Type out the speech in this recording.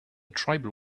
tribal